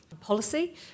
policy